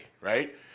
right